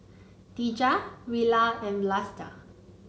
Dejah Rilla and Vlasta